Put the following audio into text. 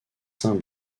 saint